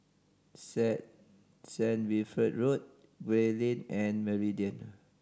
Saint Saint Wilfred Road Gray Lane and Meridian